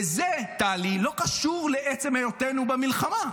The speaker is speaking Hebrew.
וזה, טלי, לא קשור לעצם היותנו במלחמה.